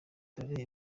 dore